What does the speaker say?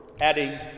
adding